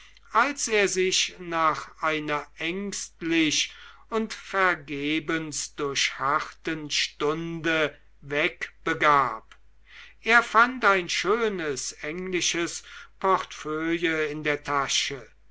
als er sich nach einer ängstlich und vergebens durchharrten stunde wegbegab er fand ein schönes englisches portefeuille in der tasche